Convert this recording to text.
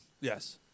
Yes